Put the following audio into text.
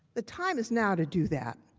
the time is now to do that.